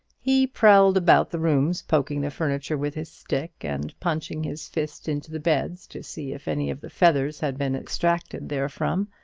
he prowled about the rooms, poking the furniture with his stick, and punching his fist into the beds to see if any of the feathers had been extracted therefrom.